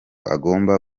agomba